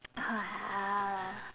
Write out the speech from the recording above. ah